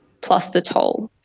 plus the toll.